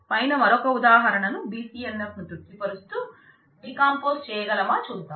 పైన మరొక ఉదాహారణను BCNF ను తృప్తి పరుస్తూ డీకంపోజ్ చేయగలమో చూద్దాం